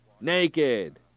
naked